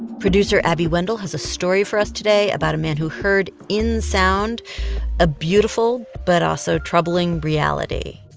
producer abby wendle has a story for us today about a man who heard in sound a beautiful, but also troubling reality